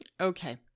Okay